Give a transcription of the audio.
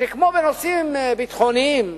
כמו בנושאים ביטחוניים,